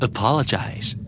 Apologize